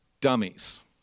dummies